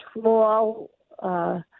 small